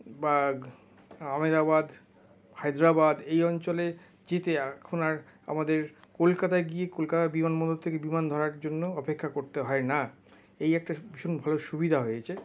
বা আহমেদাবাদ হায়দ্রাবাদ এই অঞ্চলে যেতে এখন আর আমাদের কলকাতায় গিয়ে কলকাতা বিমানবন্দর থেকে বিমান ধরার জন্য অপেক্ষা করতে হয় না এই একটা ভীষণ ভালো সুবিধা হয়েছে